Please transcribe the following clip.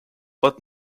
but